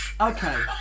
okay